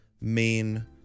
main